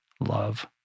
love